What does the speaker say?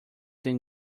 than